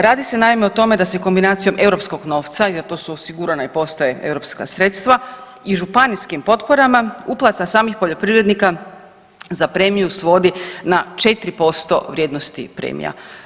Radi se naime o tome da se kombinacijom europskog novca i za to su osigurana i postoje europska sredstva i županijskim potporama uplata samih poljoprivrednika za premiju svodi na 4% vrijednosti premija.